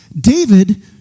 David